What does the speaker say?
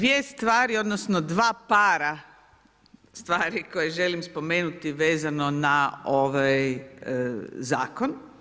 2 stvari odnosno, dva para stvari koje želim spomenuti vezano na ovaj zakon.